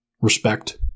respect